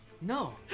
No